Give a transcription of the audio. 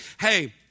hey